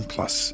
Plus